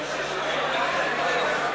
התשע"ג 2013,